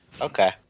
Okay